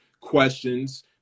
questions